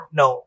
no